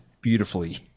beautifully